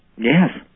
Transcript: Yes